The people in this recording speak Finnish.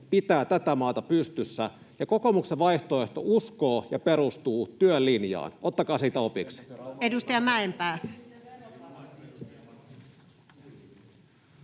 pitää tätä maata pystyssä? Kokoomuksen vaihtoehto uskoo ja perustuu työlinjaan. Ottakaa siitä opiksi.